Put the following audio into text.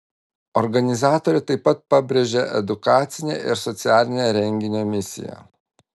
organizatorė taip pat pabrėžia edukacinę ir socialinę renginio misiją